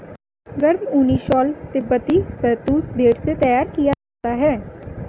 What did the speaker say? गर्म ऊनी शॉल तिब्बती शहतूश भेड़ से तैयार किया जाता है